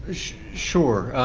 sure.